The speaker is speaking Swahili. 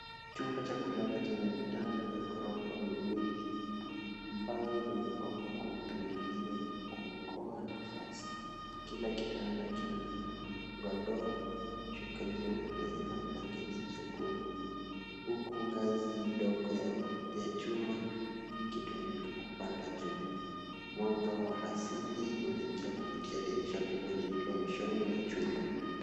Chumba cha kulala chenye vitanda vya ghorofa vingi ambavyo vimepangwa kwa mpangilio ili kuokoa nafasi. Kila kitanda kina godoro, shuka jeupe na blanketi jekundu huku ngazi ndogo ya chuma ikitumika kupanda juu. Mwanga wa asili unaingia kupitia dirisha kubwa lililo mwishoni mwa chumba.